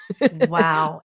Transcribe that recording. Wow